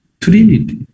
Trinity